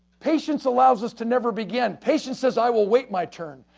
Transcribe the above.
patience allows us to never begin. patience says, i will wait my turn.